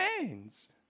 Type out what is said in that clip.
hands